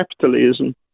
capitalism